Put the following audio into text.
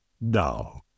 No